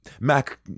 Mac